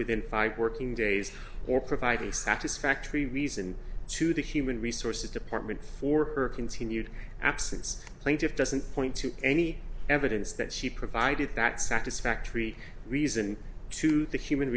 within five working days or provide a satisfactory reason to the human resources department for her continued absence plaintiff doesn't point to any evidence that she provided that satisfactory reason to the human